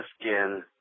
Skin